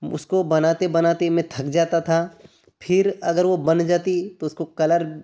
उसको बनाते बनाते मैं थक जाता था फिर अगर वो बन जाती तो उसको कलर